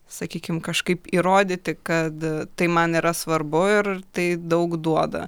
sakykim kažkaip įrodyti kad tai man yra svarbu ir tai daug duoda